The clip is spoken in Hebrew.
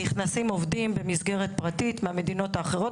נכנסים עובדים במסגרת פרטית מהמדינות האחרות.